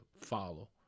follow